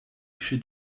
she